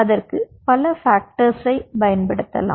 அதற்க்கு பல பாக்டர்ஸை பயன்படுத்தலாம்